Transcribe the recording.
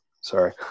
sorry